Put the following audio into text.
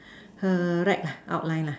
correct lah outline lah